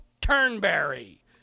Turnberry